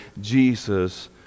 Jesus